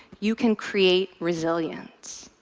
you can create resilience.